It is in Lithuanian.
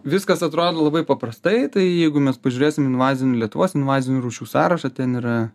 viskas atrodo labai paprastai tai jeigu mes pažiūrėsim invazinių lietuvos invazinių rūšių sąrašą ten yra